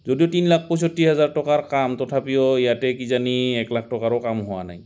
যদিও তিনি লাখ পঁয়ষষ্ঠি হাজাৰ টকাৰ কাম তথাপিও ইয়াতে কিজানি এক লাখ টকাৰো কাম হোৱা নাই